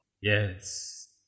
Yes